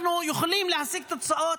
אנחנו יכולים להשיג תוצאות